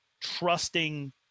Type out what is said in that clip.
trusting